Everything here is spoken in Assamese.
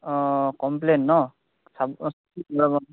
অঁ কমপ্লেইন ন